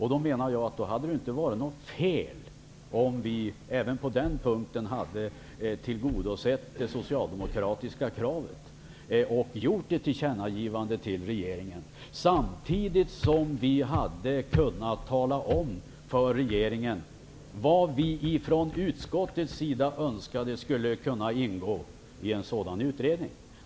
Jag menar att det då inte hade varit fel om vi även på den punkten hade tillgodosett det socialdemokratiska kravet och gjort ett tillkännagivande till regeringen, samtidigt som vi hade kunnat tala om för regeringen vad vi från utskottets sida önskade att en sådan utredning skulle kunna avse.